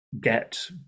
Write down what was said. get